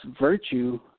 virtue